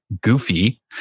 Goofy